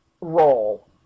role